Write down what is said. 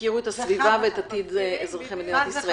והפקירו את הסביבה ואת עתיד אזרחי מדינת ישראל.